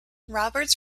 roberts